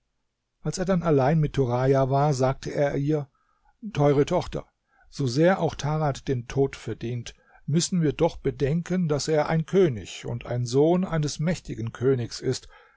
als er dann allein mit turaja war sagte er ihr teure tochter so sehr auch tarad den tod verdient müssen wir doch bedenken daß er ein könig und sohn eines mächtigen königs ist